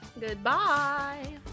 Goodbye